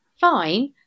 fine